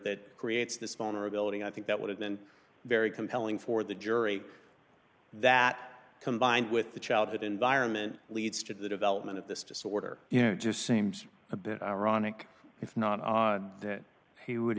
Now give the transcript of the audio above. that creates this vulnerability i think that would have been very compelling for the jury that combined with the childhood environment leads to the development of this disorder you know it just seems a bit ironic if not that he would